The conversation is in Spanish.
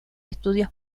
estudios